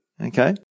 okay